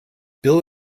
bill